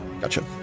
Gotcha